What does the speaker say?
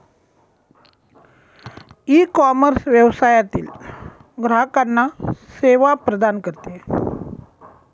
ecommerce व्यवसायातील ग्राहकांना सेवा प्रदान करते